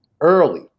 Early